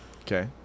Okay